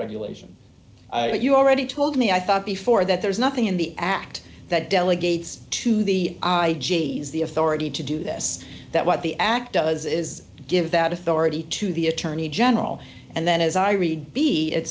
regulation that you already told me i thought before that there is nothing in the act that delegates to the i g s the authority to do this that what the act does is give that authority to the attorney general and then as i read